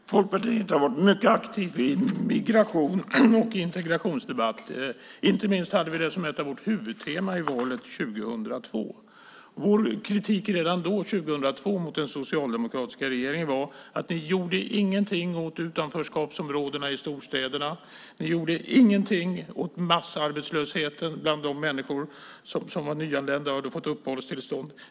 Fru talman! Folkpartiet har varit mycket aktigt i migrations och integrationsdebatten. Inte minst hade vi det som ett av våra huvudteman i valet 2002. Vår kritik redan då mot den socialdemokratiska regeringen handlade om att ni inte gjorde någonting åt utanförskapsområdena i storstäderna. Ni gjorde ingenting åt massarbetslösheten bland de människor som var nyanlända och hade fått uppehållstillstånd.